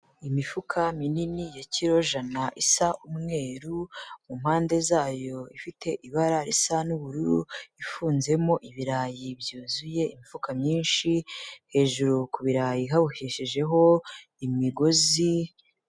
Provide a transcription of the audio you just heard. Imifuka minini ya kiro jana isa umweru, mu mpande zayo ifite ibara risa n'ubururu, ifunzemo ibirayi byuzuye imifuka myinshi, hejuru ku birarayi haboheshejeho imigozi.